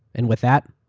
and with that,